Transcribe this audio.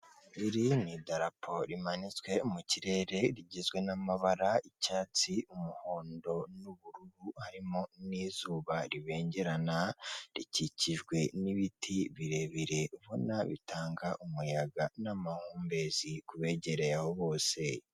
Iri ni darapo rimanitswe mu kirere rigizwe n'amabara y'icyatsi umuhondo n'ubururu harimo n'izuba ribengerana, rikikijwe n'ibiti birebire ubona bitanga umuyaga n'amahumbezi ku begereye aho bose.